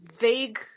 vague